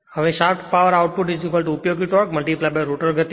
હવે shaft power output ઉપયોગી torque rotor ગતિ